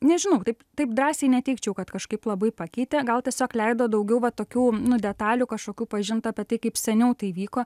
nežinau taip taip drąsiai neteigčiau kad kažkaip labai pakeitė gal tiesiog leido daugiau va tokių nu detalių kažkokių pažint apie tai kaip seniau tai vyko